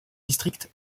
district